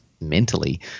mentally